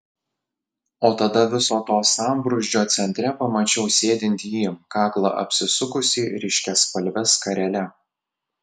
o tada viso to sambrūzdžio centre pamačiau sėdint jį kaklą apsisukusį ryškiaspalve skarele